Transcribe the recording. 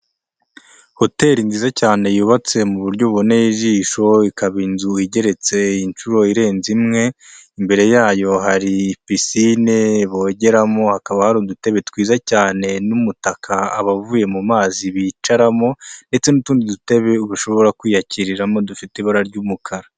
Hotel nziza cyane yubatse mu buryo buboneye ijisho, ikaba inzu igeretse inshuro irenze imwe, imbere yayo hari pisine bogeramo, hakaba hari udutebe twiza cyane n'umutaka abavuye mu mazi bicaramo, ndetse n'utundi dutebe bashobora kwiyakiriramo dufite ibara ry'umukara.